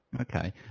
Okay